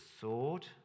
sword